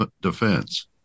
defense